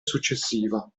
successiva